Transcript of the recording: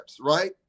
right